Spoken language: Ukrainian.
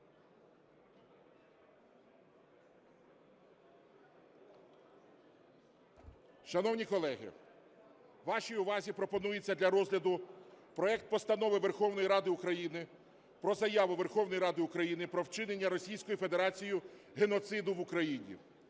Шановні колеги, вашій увазі пропонується для розгляду проект Постанови Верховної Ради України про Заяву Верховної Ради України "Про вчинення Російською Федерацією геноциду в Україні"